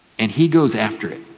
and he goes after it,